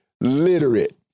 literate